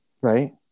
right